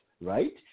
right